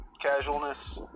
casualness